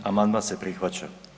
Amandman se prihvaća.